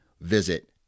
visit